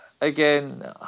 Again